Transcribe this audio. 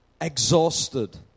exhausted